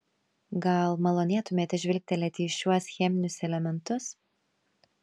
gal malonėtumėte žvilgtelėti į šiuos cheminius elementus